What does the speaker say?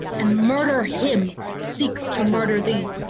and murder him that seeks to murder thee.